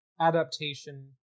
adaptation